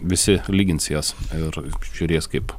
visi lygins jas ir žiūrės kaip